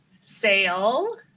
Sale